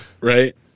right